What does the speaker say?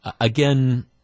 again